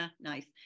Nice